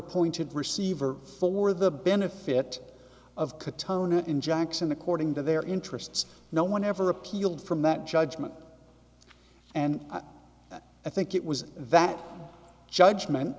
appointed receiver for the benefit of catona in jackson according to their interests no one ever appealed from that judgment and i think it was that judgment